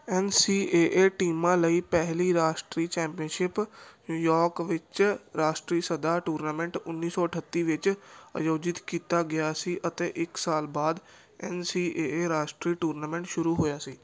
N C A A ਟੀਮਾਂ ਲਈ ਪਹਿਲੀ ਰਾਸ਼ਟਰੀ ਚੈਂਪੀਅਨਸ਼ਿਪ ਨਿਊਯੋਰਕ ਵਿੱਚ ਰਾਸ਼ਟਰੀ ਸੱਦਾ ਟੂਰਨਾਮੈਂਟ ਉੱਨੀ ਸੌ ਅਠੱਤੀ ਵਿੱਚ ਆਯੋਜਿਤ ਕੀਤਾ ਗਿਆ ਸੀ ਅਤੇ ਇੱਕ ਸਾਲ ਬਾਅਦ ਐੱਨ ਸੀ ਏ ਏ ਰਾਸ਼ਟਰੀ ਟੂਰਨਾਮੈਂਟ ਸ਼ੁਰੂ ਹੋਇਆ ਸੀ